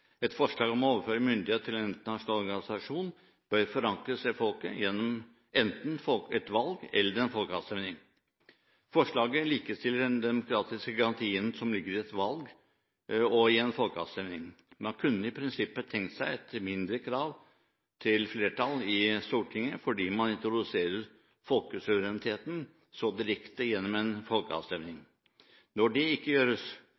Et forslag om å overføre myndighet til en internasjonal organisasjon bør forankres i folket gjennom enten et valg eller en folkeavstemning. Forslaget likestiller den demokratiske garantien som ligger i et valg og i en folkeavstemning. Man kunne i prinsippet tenkt seg et mindre krav til flertall i Stortinget, fordi man introduserer folkesuvereniteten så direkte gjennom en folkeavstemning. Når det ikke gjøres,